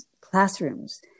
classrooms